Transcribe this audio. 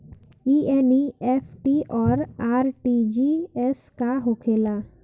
ई एन.ई.एफ.टी और आर.टी.जी.एस का होखे ला?